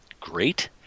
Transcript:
Great